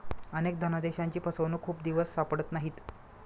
अनेक धनादेशांची फसवणूक खूप दिवस सापडत नाहीत